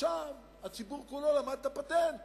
ועכשיו הציבור כולו למד את הפטנט